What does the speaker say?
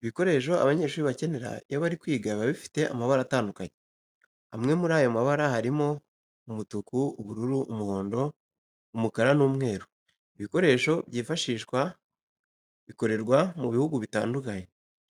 Ibikoresho abanyeshuri bacyenera iyo bari kwiga biba bifite amabara atandukanye, amwe muri ayo mabara harimo: umutuku, ubururu, umuhondo, umukara n'umweru. Ibikoresho by'ifashishwa bikorerwa mu bihugu bitandukanye,